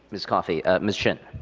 ms. coffey. ms. shin.